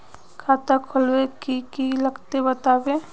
खाता खोलवे के की की लगते बतावे?